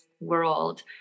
world